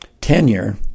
tenure